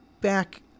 back